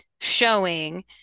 showing